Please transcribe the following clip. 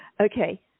okay